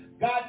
God